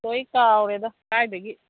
ꯂꯣꯏ ꯀꯥꯎꯔꯦꯗ ꯀꯥꯏꯗꯒꯤ